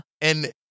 And-